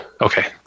okay